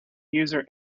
user